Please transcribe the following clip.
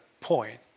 point